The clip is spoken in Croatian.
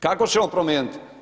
Kako ćemo promijeniti?